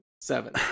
Seven